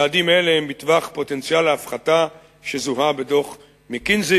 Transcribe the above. יעדים אלה הם בטווח פוטנציאל ההפחתה שזוהה בדוח "מקינזי".